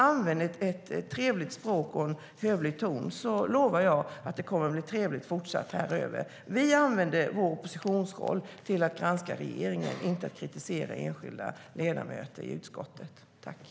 Använd ett trevligt språk och en hövlig ton, så lovar jag att det fortsatt kommer att bli trevligt här.